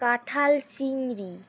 কাঁঠাল চিংড়ি